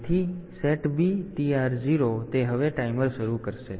તેથી SETB TR0 તે હવે ટાઈમર શરૂ કરશે